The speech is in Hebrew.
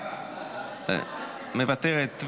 מוותרת.